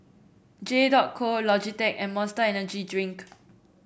J dot Co Logitech and Monster Energy Drink